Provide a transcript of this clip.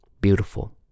Beautiful